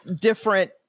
different